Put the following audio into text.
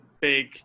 big